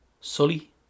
Sully